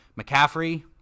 McCaffrey